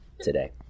today